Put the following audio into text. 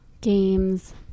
games